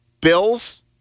Bills